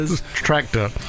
tractor